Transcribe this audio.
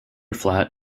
flat